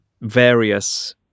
various